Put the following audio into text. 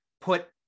put